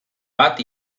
bat